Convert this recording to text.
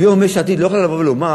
היום יש עתיד לא יכולה לבוא ולומר: